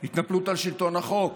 התנפלות על שלטון החוק,